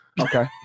okay